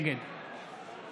נגד